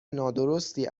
نادرستی